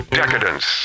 decadence